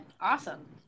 awesome